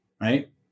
Right